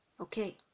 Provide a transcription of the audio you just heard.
okay